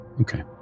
Okay